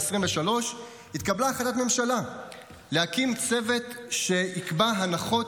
התקבלה החלטת ממשלה להקים צוות שיקבע הנחות